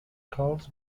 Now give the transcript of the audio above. calls